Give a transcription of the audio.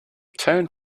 turned